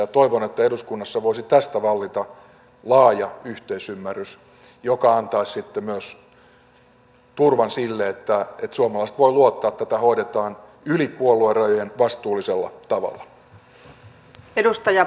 ja toivon että eduskunnassa voisi tästä vallita laaja yhteisymmärrys joka myös antaisi sitten turvan sille että suomalaiset voivat luottaa että tätä hoidetaan yli puoluerajojen vastuullisella tavalla